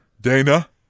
Dana